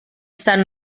sant